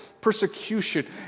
persecution